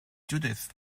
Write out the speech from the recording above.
judith